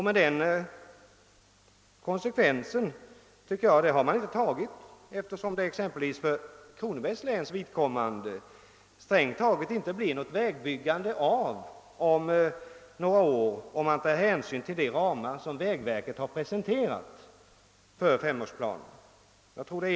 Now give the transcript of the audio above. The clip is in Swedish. Man har emellertid inte tagit den konsekvensen, eftersom det exempelvis för Kronobergs läns vidkommande strängt taget inte blir något vägbyggande förrän om några år, om man tar hänsyn till de ramar som vägverket har presenterat för femårsplanen.